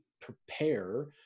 prepare